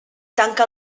tanca